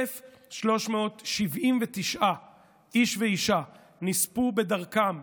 1,379 איש ואישה נספו בדרכם.